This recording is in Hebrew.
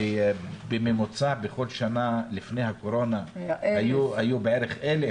בממוצע בכל שנה, לפני הקורונה היו כ-1,000